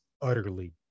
utterly